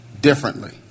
differently